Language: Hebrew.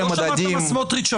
לא שמעת מה אמר סמוטריץ'?